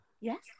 Yes